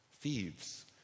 Thieves